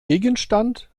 gegenstand